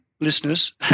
listeners